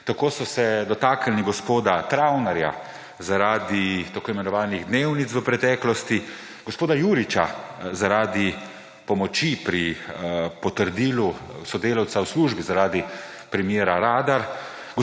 tako so se dotaknili gospoda Travnerja zaradi tako imenovanih dnevnic v preteklosti, gospod Juriča zaradi pomoči pri potrdilu sodelavca v službi zaradi primera Radar,